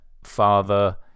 father